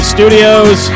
Studios